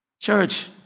Church